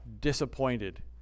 disappointed